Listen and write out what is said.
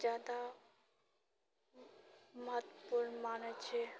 जादा महत्वपूर्ण मानै छिऐ